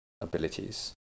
abilities